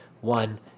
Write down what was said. One